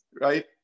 right